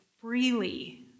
freely